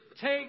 take